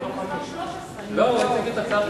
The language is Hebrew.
מרוב